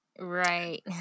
Right